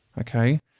okay